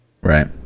right